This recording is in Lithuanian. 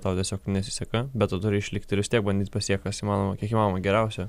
tau tiesiog nesiseka bet tu turi išlikti ir vis tiek bandyt pasiekt kas įmanoma kiek įmanoma geriausia